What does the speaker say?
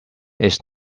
its